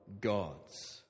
God's